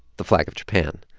the flag of japan.